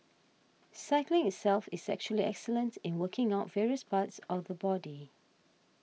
cycling itself is actually excellent in working out various parts of the body